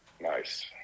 Nice